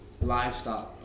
livestock